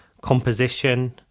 composition